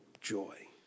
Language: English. joy